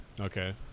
Okay